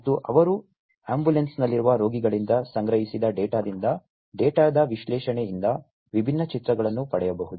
ಮತ್ತು ಅವರು ಆಂಬ್ಯುಲೆನ್ಸ್ನಲ್ಲಿರುವ ರೋಗಿಗಳಿಂದ ಸಂಗ್ರಹಿಸಿದ ಡೇಟಾದಿಂದ ಡೇಟಾದ ವಿಶ್ಲೇಷಣೆಯಿಂದ ವಿಭಿನ್ನ ಚಿತ್ರಗಳನ್ನು ಪಡೆಯಬಹುದು